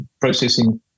processing